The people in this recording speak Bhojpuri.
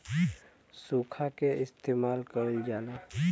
सुखा के इस्तेमाल कइल जाला